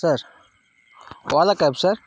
sir ola cab sir